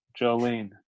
jolene